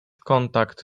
kontakt